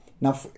Now